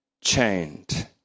chained